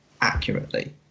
accurately